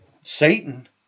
Satan